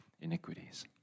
iniquities